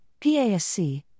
PASC